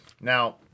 Now